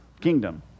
kingdom